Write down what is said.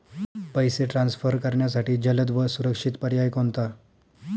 पैसे ट्रान्सफर करण्यासाठी जलद व सुरक्षित पर्याय कोणता?